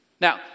Now